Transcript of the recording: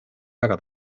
väga